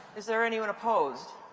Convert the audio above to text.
is there anyone opposed?